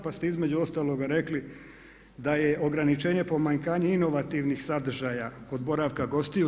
Pa ste između ostalog rekli da je ograničenje pomanjkanje inovativnih sadržaja kod boravka gostiju.